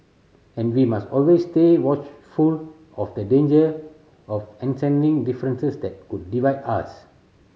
and we must always stay watchful of the danger of differences that could divide us